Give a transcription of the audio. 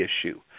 issue